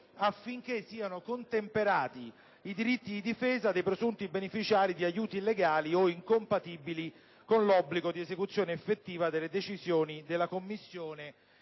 affinché siano contemperati i diritti di difesa dei presunti beneficiari di aiuti illegali o incompatibili con l'obbligo di esecuzione effettiva delle decisioni della Commissione